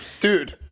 Dude